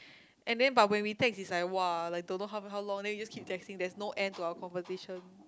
and then but when we text is like !wah! like don't know how how long then just keep texting there's no end to our conversation